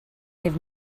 have